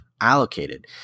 allocated